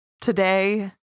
today